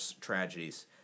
tragedies